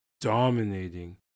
dominating